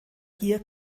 hier